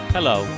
Hello